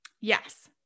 Yes